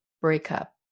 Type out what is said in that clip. breakup